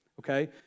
Okay